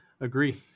agree